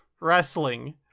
wrestling